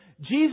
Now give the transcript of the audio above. Jesus